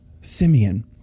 Simeon